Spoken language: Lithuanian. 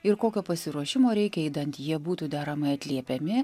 ir kokio pasiruošimo reikia idant jie būtų deramai atliepiami